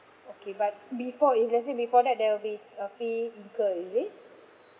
okay but before if let's say before that there'll be a fee incur is it